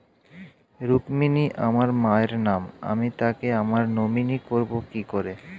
রুক্মিনী আমার মায়ের নাম আমি তাকে আমার নমিনি করবো কি করে?